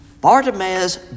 Bartimaeus